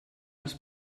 els